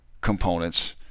components